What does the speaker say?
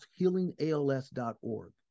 healingals.org